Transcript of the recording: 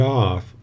off